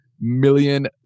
million